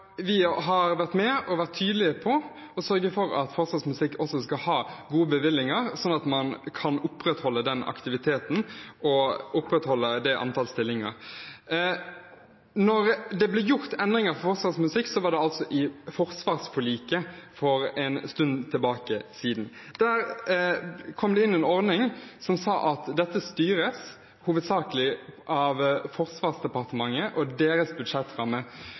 Vi har vært med og vært tydelige på å sørge for at Forsvarets musikk skal ha gode bevilgninger, slik at man kan opprettholde aktiviteten og antall stillinger. Det ble gjort endringer for Forsvarets musikk i forsvarsforliket for en stund siden. Da kom det inn en ordning som sa at dette hovedsakelig skal styres av Forsvarsdepartementet og deres